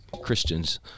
Christians